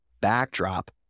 backdrop